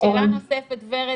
שאלה נוספת, ורד,